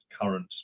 current